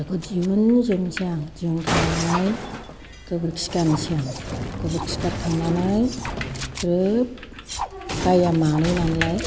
बेखौ दिरुन जोबनोसै आं दिरुन खांनानै गोबोरखि गारनोसै आं गोबोरखि गारखांनानै ग्रोब गाइया मानै नालाय